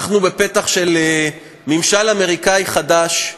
אנחנו בפתח של ממשל אמריקאי חדש,